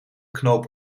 knoop